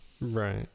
Right